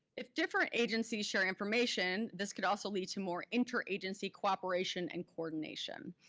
if different agencies share information, this could also lead to more interagency cooperation and coordination.